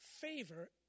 favor